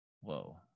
whoa